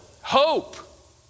hope